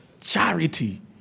charity